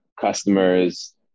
customers